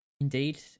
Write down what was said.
Indeed